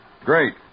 Great